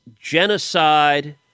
genocide